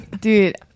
dude